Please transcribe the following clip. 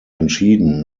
entschieden